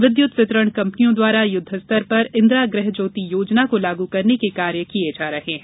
विद्युत वितरण कंपनियों द्वारा युद्ध स्तर पर इंदिरा गृह ज्योति योजना को लागू करने के कार्य किए जा रहे हैं